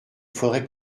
faudrait